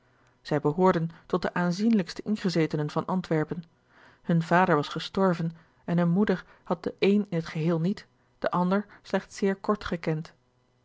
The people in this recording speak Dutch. zij behoorden tot de aanzienlijkste ingezetenen van antwerpen hun vader was gestorven en hunne moeder had den een in het geheel niet den ander slechts zeer kort gekend